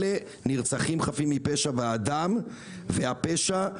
אלה נרצחים חפים מפשע והדם והפשע בראש ממשלת ישראל.